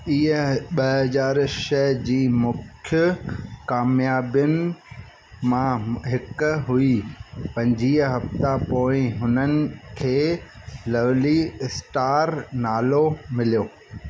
इहा ॿ हज़ार छह जी मुख्य कामयाबियुनि मां हिकु हुई पंजवीह हफ़्ता पोइ हुननि खे लवली स्टार नालो मिलियो